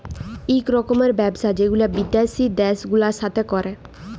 ইক রকমের ব্যবসা যেগুলা বিদ্যাসি দ্যাশ গুলার সাথে ক্যরে